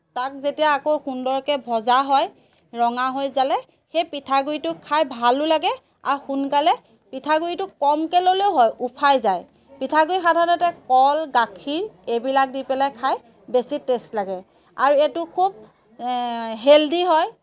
তাক যেতিয়া আকৌ সুন্দৰকৈ ভজা হয় ৰঙা হৈ জালে সেই পিঠাগুড়িটো খাই ভালো লাগে আৰু সোনকালে পিঠাগুড়িটো কমকৈ ল'লেও হয় উফাই যায় পিঠাগুড়ি সাধাৰণতে কল গাখীৰ এইবিলাক দি পেলাই খাই বেছি টেষ্ট লাগে আৰু এইটো খুব হেলডি হয়